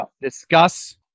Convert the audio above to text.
Discuss